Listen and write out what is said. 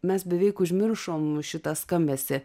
mes beveik užmiršom šitą skambesį